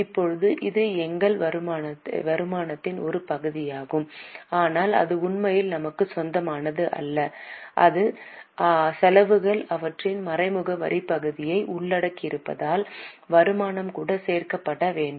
இப்போது இது எங்கள் வருமானத்தின் ஒரு பகுதியாகும் ஆனால் அது உண்மையில் நமக்கு சொந்தமானது அல்ல ஆனால் செலவுகள் அவற்றின் மறைமுக வரி பகுதியை உள்ளடக்கியிருப்பதால் வருமானம் கூட சேர்க்கப்பட வேண்டும்